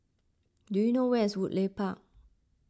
do you know where is Woodleigh Park